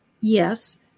yes